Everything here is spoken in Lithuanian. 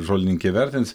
žolininkė įvertins